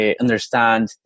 understand